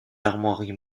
armoiries